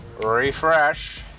refresh